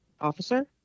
officer